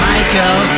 Michael